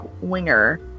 Winger